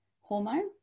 hormone